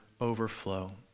overflow